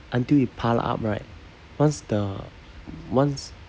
until it pile up right once the once